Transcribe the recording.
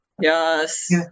Yes